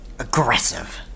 Aggressive